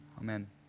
Amen